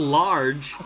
large